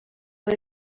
was